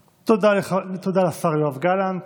תודה לשר יואב גלנט.